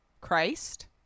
Christ